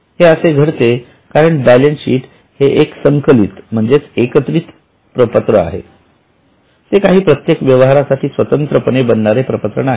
हे असे घडते कारण बॅलन्सशीट हे एक संकलितएकत्रित प्रपत्र आहे हे काही प्रत्येक व्यवहारासाठी स्वतंत्रपणे बनणारे प्रपत्र नाही